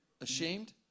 Ashamed